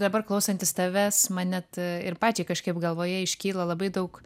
dabar klausantis tavęs man net ir pačiai kažkaip galvoje iškyla labai daug